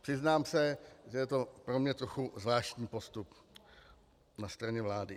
Přiznám se, že je to pro mě trochu zvláštní postup na straně vlády.